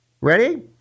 Ready